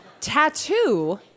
tattoo